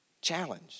challenge